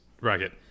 bracket